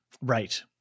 Right